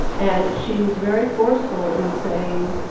and she was very forceful in saying,